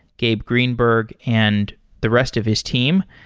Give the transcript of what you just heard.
gabe greenberg, and the rest of his team.